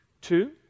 Two